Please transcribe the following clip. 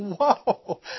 whoa